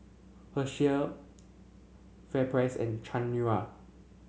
Herschel FairPrice and Chanira